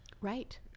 right